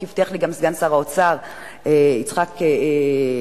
כי הבטיח לי סגן שר האוצר יצחק כהן,